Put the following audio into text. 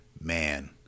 man